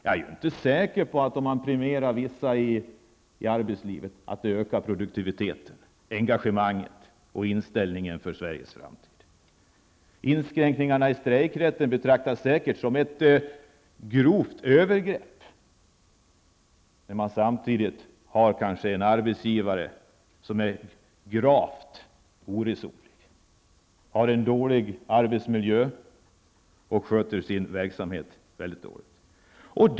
Jag är inte säker på att produktiviteten, engagemanget och inställningen för Sveriges framtid påverkas i rätt riktning om man prioriterar vissa i arbetslivet. Inskränkningarna i strejkrätten betraktas säkert som ett grovt övergrepp, särskilt om man har en arbetsgivare som är gravt oresonlig, tillhandahåller en dålig arbetsmiljö och sköter sin verksamhet mycket dåligt.